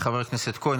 חבר הכנסת כהן,